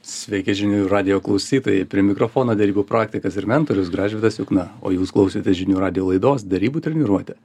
sveiki žinių radijo klausytojai prie mikrofono derybų praktikas ir mentorius gražvydas jukna o jūs klausote žinių radijo laidos derybų treniruotė